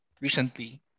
recently